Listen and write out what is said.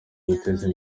guteza